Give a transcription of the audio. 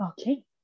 okay